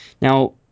Now